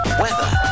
weather